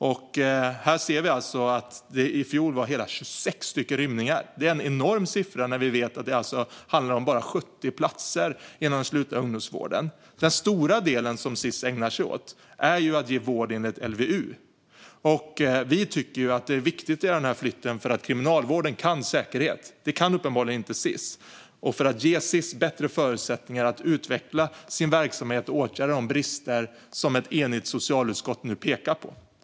I fjol såg vi ju hela 26 rymningar. Det är en enorm siffra när vi samtidigt vet att det inom den slutna ungdomsvården handlar om bara 70 platser. Den stora delen som Sis ägnar sig åt är att ge vård enligt LVU. Vi tycker att det är viktigt att göra denna flytt då Kriminalvården kan säkerhet. Det kan uppenbarligen inte Sis. Vi vill också ge Sis bättre förutsättningar att utveckla sin verksamhet och åtgärda de brister som ett enigt socialutskott nu pekar på.